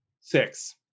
Six